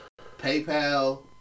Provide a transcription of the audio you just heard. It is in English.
PayPal